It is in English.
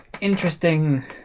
interesting